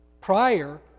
prior